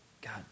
God